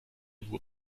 nur